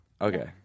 Okay